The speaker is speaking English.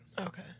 Okay